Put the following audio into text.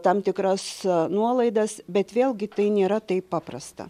tam tikras nuolaidas bet vėlgi tai nėra taip paprasta